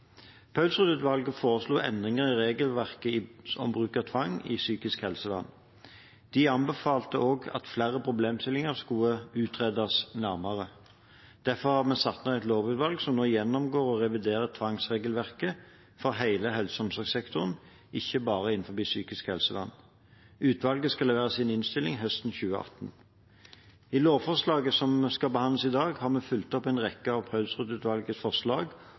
foreslo endringer i regelverket om bruk av tvang i psykisk helsevern. De anbefalte også at flere problemstillinger skulle utredes nærmere. Derfor har vi satt ned et lovutvalg som nå gjennomgår og reviderer tvangsregelverket for hele helse- og omsorgssektoren, ikke bare innenfor psykisk helsevern. Utvalget skal levere sin innstilling høsten 2018. I lovforslaget som skal behandles i dag, har vi fulgt opp en rekke av Paulsrud-utvalgets forslag